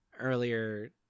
earlier